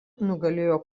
nugalėjo